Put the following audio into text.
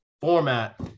Format